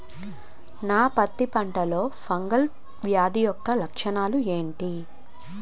నా పత్తి పంటలో ఫంగల్ వ్యాధి యెక్క లక్షణాలు ఏంటి?